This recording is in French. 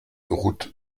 route